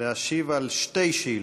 להשיב על שתי שאילתות: